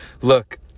Look